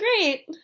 great